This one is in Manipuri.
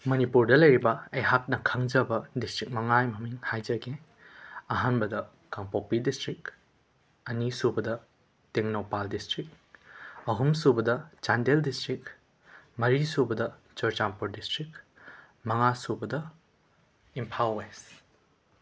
ꯃꯅꯤꯄꯨꯔꯗ ꯂꯩꯔꯤꯕ ꯑꯩꯍꯥꯛꯅ ꯈꯪꯖꯕ ꯗꯤꯁꯇ꯭ꯔꯤꯛ ꯃꯉꯥꯒꯤ ꯃꯃꯤꯡ ꯍꯥꯏꯖꯒꯦ ꯑꯍꯥꯟꯕꯗ ꯀꯥꯡꯄꯣꯛꯄꯤ ꯗꯤꯁꯇ꯭ꯔꯤꯛ ꯑꯅꯤꯁꯨꯕꯗ ꯇꯦꯡꯅꯧꯄꯥꯜ ꯗꯤꯁꯇ꯭ꯔꯤꯛ ꯑꯍꯨꯝꯁꯨꯕꯗ ꯆꯥꯟꯗꯦꯜ ꯗꯤꯁꯇ꯭ꯔꯤꯛ ꯃꯔꯤꯁꯨꯕꯗ ꯆꯨꯔꯆꯥꯟꯄꯨꯔ ꯗꯤꯁꯇ꯭ꯔꯤꯛ ꯃꯉꯥꯁꯨꯕꯗ ꯏꯝꯐꯥꯜ ꯋꯦꯁ